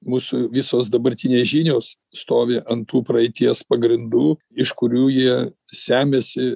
mūsų visos dabartinės žinios stovi ant tų praeities pagrindų iš kurių jie semiasi